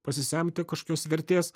pasisemti kažkokios vertės